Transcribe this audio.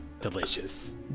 Delicious